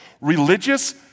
Religious